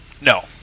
No